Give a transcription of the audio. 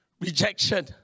rejection